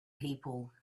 people